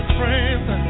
friends